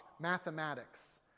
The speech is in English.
mathematics